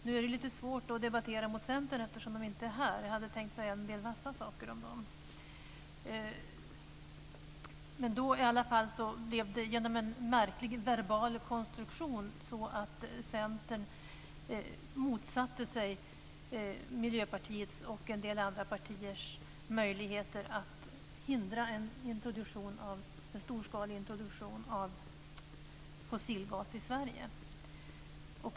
Nu är det lite svårt att debattera mot Centerns företrädare, eftersom de inte är här. Jag hade tänkt säga en del vassa saker om Centern. Genom en märklig verbal konstruktion blev det så vid det tillfället att Centern motsatte sig Miljöpartiets och en del andra partiers möjligheter att hindra en storskalig introduktion av fossilgas i Sverige.